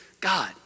God